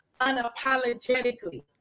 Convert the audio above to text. unapologetically